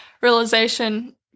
realization